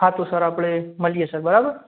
હા તો સર આપણે મળીએ સર બરાબર